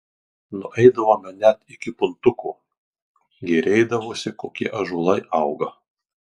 nueidavome net iki puntuko gėrėdavosi kokie ąžuolai auga